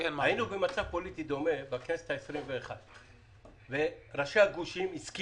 היינו במצב פוליטי דומה בכנסת ה-21 וראשי הגושים,